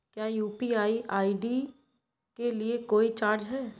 क्या UPI ID के लिए कोई चार्ज है?